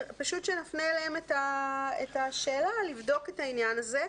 שנפנה אליהם את השאלה לבדוק את העניין הזה.